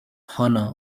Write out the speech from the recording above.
hanna